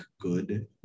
good